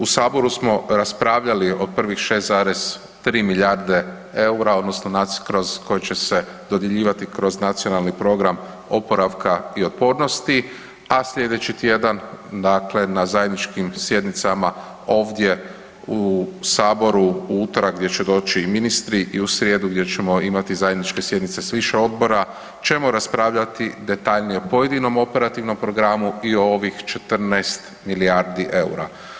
U Saboru smo raspravljali o prvih 6,3 milijarde eura odnosno … kroz koji će dodjeljivali kroz Nacionalni program oporavka i otpornosti, a sljedeći tjedan na zajedničkim sjednicama ovdje u Saboru u utorak gdje će doći i ministri i u srijedu gdje ćemo imati zajedničke sjednice s više odbora ćemo raspravljati detaljnije pojedinom operativnom programu i ovih 14 milijardi eura.